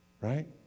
right